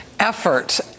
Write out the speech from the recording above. effort